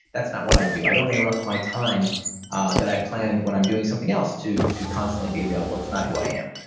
that's not what i do. i don't interrupt my time that i planned when i'm doing something else, to to constantly be available. it's not who i am.